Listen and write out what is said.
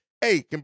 hey